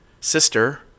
Sister